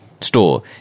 store